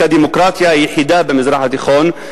"הדמוקרטיה היחידה במזרח התיכון",